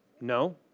No